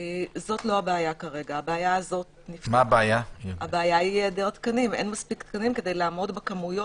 זו לא הבעיה אלא שאין תקנים כדי לעמוד בכמויות